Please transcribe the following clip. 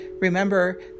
Remember